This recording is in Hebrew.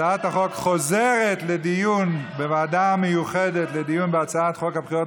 הצעת החוק חוזרת לדיון בוועדה המיוחדת לדיון בהצעת חוק הבחירות